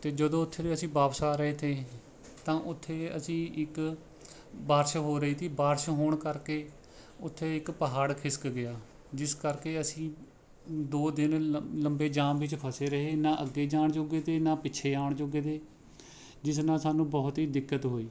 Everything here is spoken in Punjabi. ਅਤੇ ਜਦੋਂ ਉੱਥੇ ਤੇ ਅਸੀਂ ਵਾਪਸ ਆ ਰਹੇ ਤੇ ਤਾਂ ਉੱਥੇ ਅਸੀਂ ਇੱਕ ਬਾਰਿਸ਼ ਹੋ ਰਹੀ ਤਾਂ ਬਾਰਿਸ਼ ਹੋਣ ਕਰਕੇ ਉੱਥੇ ਇੱਕ ਪਹਾੜ ਖਿਸਕ ਗਿਆ ਜਿਸ ਕਰਕੇ ਅਸੀਂ ਦੋ ਦਿਨ ਲ ਲੰਬੇ ਜਾਮ ਵਿੱਚ ਫਸੇ ਰਹੇ ਨਾ ਅੱਗੇ ਜਾਣ ਜੋਗੇ ਅਤੇ ਨਾ ਪਿੱਛੇ ਆਉਣ ਜੋਗੇ ਤੇ ਜਿਸ ਨਾਲ ਸਾਨੂੰ ਬਹੁਤ ਹੀ ਦਿੱਕਤ ਹੋਈ